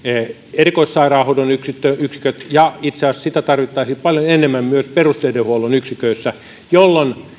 erikoissairaanhoidon yksiköt ja itse asiassa sitä tarvittaisiin paljon enemmän myös perusterveydenhuollon yksiköissä jolloin